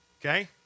okay